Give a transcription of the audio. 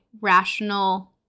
rational